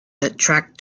attract